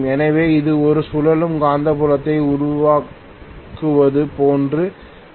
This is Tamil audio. எனவே இது ஒரு சுழலும் காந்தப்புலத்தை உருவாக்குவது போன்றது